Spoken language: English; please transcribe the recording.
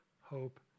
hope